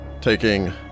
taking